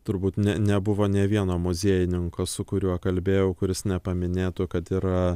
turbūt ne nebuvo nė vieno muziejininko su kuriuo kalbėjau kuris nepaminėtų kad yra